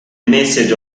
message